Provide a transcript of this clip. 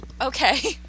okay